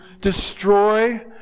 destroy